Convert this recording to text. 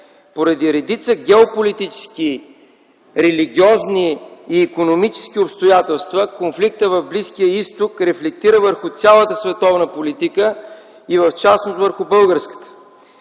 Поради редица геополитически, религиозни и икономически обстоятелства конфликтът в Близкия Изток рефлектира върху цялата световна политика и в частност върху българската.